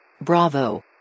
bravo